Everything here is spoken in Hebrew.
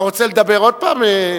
אתה רוצה לדבר עוד פעם?